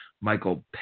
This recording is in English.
Michael